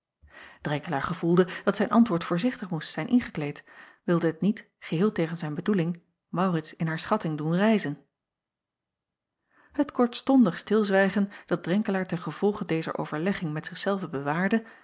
renkelaer gevoelde dat zijn antwoord voorzichtig moest zijn ingekleed wilde het niet geheel tegen zijn bedoeling aurits in haar schatting doen rijzen et kortstondig stilzwijgen at renkelaer ten gevolge dezer overlegging met zich zelven bewaarde